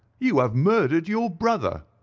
you have murdered your brother